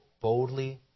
boldly